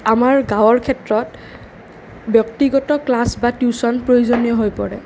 আমাৰ গাঁৱৰ ক্ষেত্ৰত ব্যক্তিগত ক্লাছ বা টিউচন প্ৰয়োজনীয় হৈ পৰে